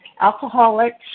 alcoholics